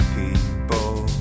people